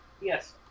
yes